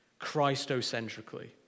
Christocentrically